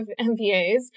MBAs